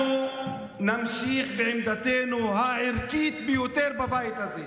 אנחנו נמשיך בעמדתנו הערכית ביותר בבית הזה,